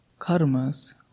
karmas